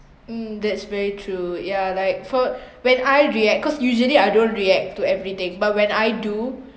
mm that's very true yeah like for when I react cause usually I don't react to everything but when I do